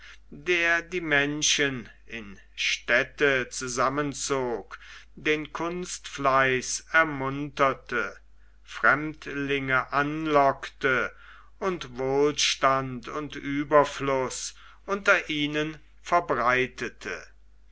der die menschen in städte zusammenzog den kunstfleiß ermunterte fremdlinge anlockte und wohlstand und ueberfluß unter ihnen verbreitete